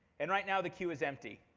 and right now the queue is empty.